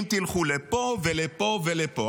אם תלכו לפה ולפה ולפה.